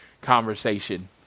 conversation